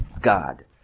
God